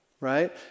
right